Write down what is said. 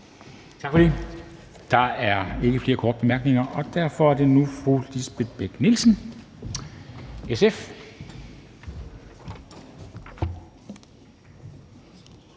Tak for det. Der er ikke flere korte bemærkninger. Derfor er det nu fru Lisbeth Bech-Nielsen, SF.